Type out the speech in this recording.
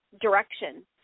direction